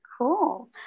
Cool